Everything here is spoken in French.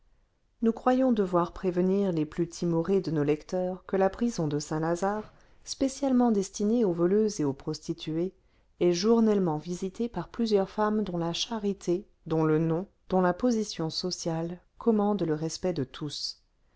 nous croyons devoir prévenir les plus timorés de nos lecteurs que la prison de saint-lazare spécialement destinée aux voleuses et aux prostituées est journellement visitée par plusieurs femmes dont la charité dont le nom dont la position sociale commandent le respect de tous